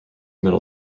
middle